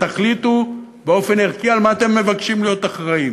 תחליטו באופן ערכי על מה אתם מבקשים להיות אחראים.